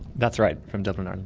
that's right, from dublin, um